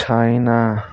China